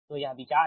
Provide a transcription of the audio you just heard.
तो यह विचार है